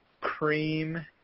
cream